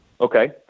Okay